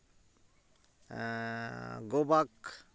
ᱜᱳᱵᱟᱜᱽ